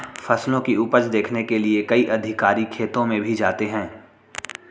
फसलों की उपज देखने के लिए कई अधिकारी खेतों में भी जाते हैं